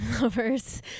lovers